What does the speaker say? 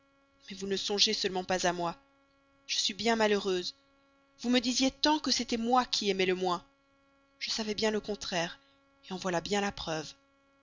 mais vous ne songez seulement pas à moi je suis bien malheureuse vous me disiez tant que c'était moi qui aimais le moins je savais bien le contraire en voilà bien la preuve